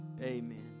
Amen